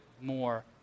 more